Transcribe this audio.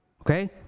okay